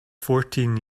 fourteen